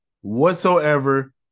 whatsoever